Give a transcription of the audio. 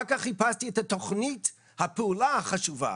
אחר כך חיפשתי את תוכנית הפעולה החשובה